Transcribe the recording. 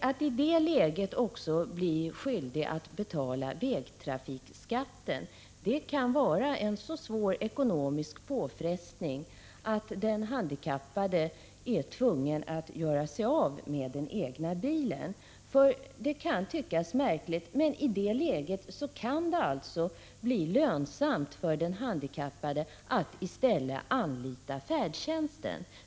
Att i det läget också bli skyldig att betala vägtrafikskatten kan vara en så svår ekonomisk påfrestning att den handikappade är tvungen att göra sig av med den egna bilen. Det kan tyckas märkligt, men i det läget kan det bli lönsamt för den handikappade att i stället anlita färdtjänsten.